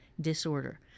disorder